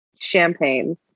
champagne